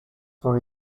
for